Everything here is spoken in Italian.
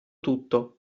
tutto